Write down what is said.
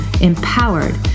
empowered